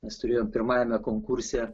mes turėjom pirmajame konkurse